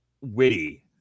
witty